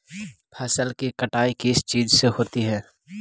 फसल की कटाई किस चीज से होती है?